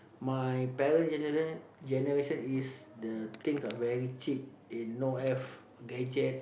my parent generation generation is the things are very cheap they no have gadget